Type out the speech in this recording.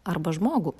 arba žmogų